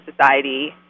society